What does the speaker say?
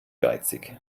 geizig